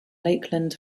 lakeland